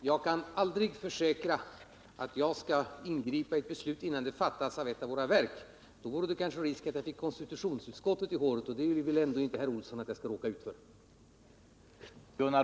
Herr talman! Jag kan aldrig försäkra att jag skall ingripa i handläggningen av en fråga innan beslut fattas av ett av våra verk. Då vore det kanske risk för att konstitutionsutskottet drog mig i håret, och det vill vi väl ändå inte, herr Olsson, att jag skall råka ut för.